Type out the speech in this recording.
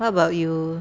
what about you